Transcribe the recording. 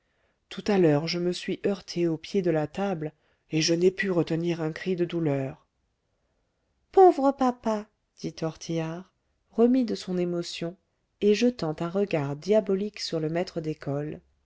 tout à l'heure je me suis heurté au pied de la table et je n'ai pu retenir un cri de douleur pauvre papa dit tortillard remis de son émotion et jetant un regard diabolique sur le maître d'école